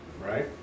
right